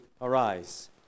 arise